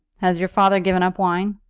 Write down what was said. has your father given up wine?